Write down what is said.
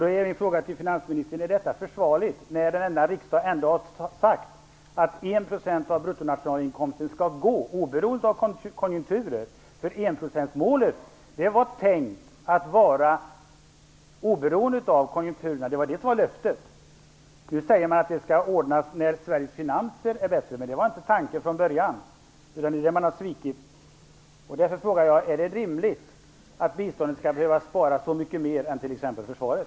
Då är min fråga till finansministern: Är detta försvarligt när riksdagen ändå har sagt att 1 % av bruttonationalinkomsten skall gå, oberoende av konjunkturer, till bistånd? Enprocentsmålet var tänkt att vara oberoende av konjunkturer. Det var löftet. Nu säger man att det skall ordnas när Sveriges finanser är bättre. Men det var inte tanken från början. Man har svikit. Är det rimligt att biståndet skall behöva spara så mycket mer än t.ex. försvaret?